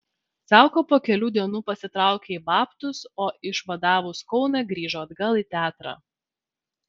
zauka po kelių dienų pasitraukė į babtus o išvadavus kauną grįžo atgal į teatrą